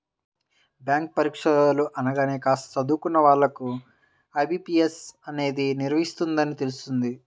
bank పరీక్షలు అనగానే కాస్త చదువుకున్న వాళ్ళకు ఐ.బీ.పీ.ఎస్ అనేది నిర్వహిస్తుందని తెలుస్తుంది